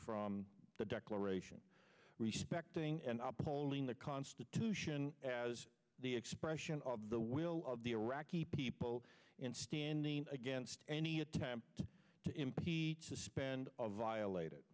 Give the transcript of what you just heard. from the declaration respecting and pulling the constitution as the expression of the will of the iraqi people and standing against any attempt to impeach suspend of violate